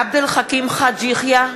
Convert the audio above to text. עבד אל חכים חאג' יחיא,